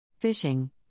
Fishing